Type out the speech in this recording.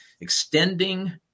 extending